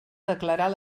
declarar